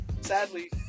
sadly